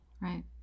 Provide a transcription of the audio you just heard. right